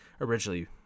originally